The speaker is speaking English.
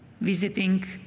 visiting